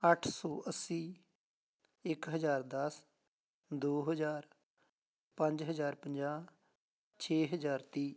ਅੱਠ ਸੌ ਅੱਸੀ ਇੱਕ ਹਜ਼ਾਰ ਦਸ ਦੋ ਹਜ਼ਾਰ ਪੰਜ ਹਜ਼ਾਰ ਪੰਜਾਹ ਛੇ ਹਜ਼ਾਰ ਤੀਹ